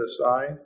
aside